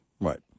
right